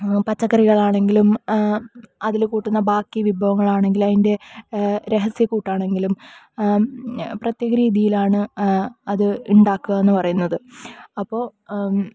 പച്ചക്കറികളാണെങ്കിലും അതില് കൂട്ടുന്ന ബാക്കി വിഭവങ്ങളാണെങ്കിലും അതിൻ്റെ രഹസ്യ കൂട്ടാണെങ്കിലും പ്രത്യേക രീതിയിലാണ് അത് ഉണ്ടാക്കുക എന്നുപറയുന്നത് അപ്പോൾ